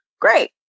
great